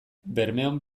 bermeon